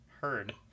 heard